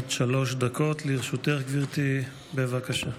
עד שלוש דקות לרשותך, גברתי, בבקשה.